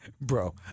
Bro